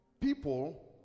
people